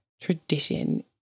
tradition